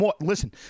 listen